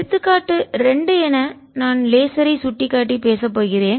எடுத்துக்காட்டு 2 என நான் லேசர் ஐ சுட்டிக்காட்டி பேசப் போகிறேன்